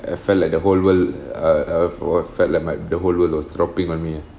I felt like the whole world uh uh were felt like my the whole world was dropping on me ah